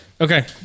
Okay